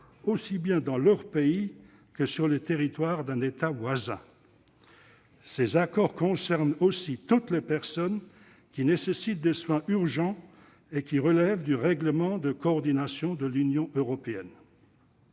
aussi bien dans leur pays que sur le territoire d'un État voisin. Ces accords concernent aussi toutes les personnes qui nécessitent des soins urgents et qui relèvent du règlement de coordination de l'Union européenne.